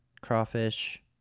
crawfish